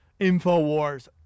InfoWars